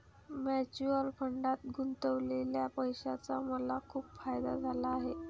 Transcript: mutual फंडात गुंतवलेल्या पैशाचा मला खूप फायदा झाला आहे